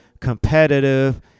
competitive